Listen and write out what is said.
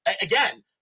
again